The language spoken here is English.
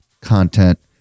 content